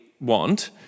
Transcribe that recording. want